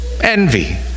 envy